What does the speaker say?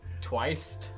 Twice